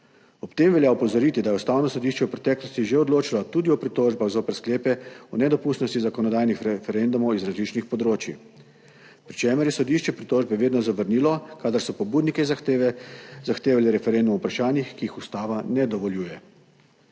Ob tem velja opozoriti, da je ustavno sodišče v preteklosti že odločalo tudi o pritožbah zoper sklepe o nedopustnosti zakonodajnih referendumov iz različnih področij, pri čemer je sodišče pritožbe vedno zavrnilo, kadar so pobudniki zahteve zahtevali referendum o vprašanjih, ki jih ustava ne dovoljuje.